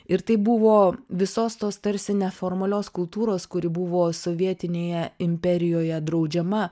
ir tai buvo visos tos tarsi neformalios kultūros kuri buvo sovietinėje imperijoje draudžiama